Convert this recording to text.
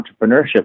entrepreneurship